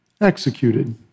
executed